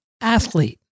athlete